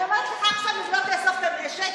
אני אומרת לך עכשיו שאם לא תאסוף את הנשק,